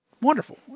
wonderful